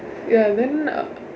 ya then